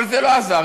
אבל זה לא עזר.